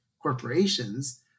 corporations